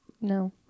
No